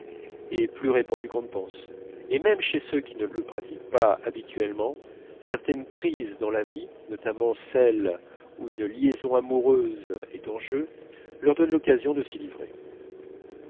est plus répandu qu'on ne pense et même chez ceux qui ne le pratiquent pas habituellement certaines crises dans la vie notamment celles où une liaison amoureuse est en jeu leur donnent l'occasion de s'y livrer